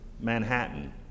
Manhattan